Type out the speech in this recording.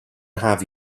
have